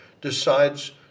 decides